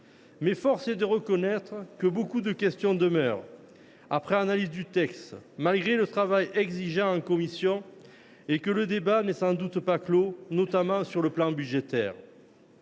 soumis. Force est de reconnaître que beaucoup de questions demeurent, après analyse du texte, malgré le travail exigeant en commission ; le débat n’est sans doute pas clos, notamment sur le plan budgétaire.